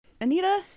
Anita